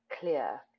clear